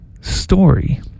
story